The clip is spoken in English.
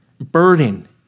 burden